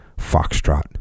Foxtrot